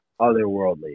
otherworldly